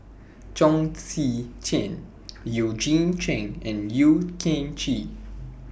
Chong Tze Chien Eugene Chen and Yeo Kian Chye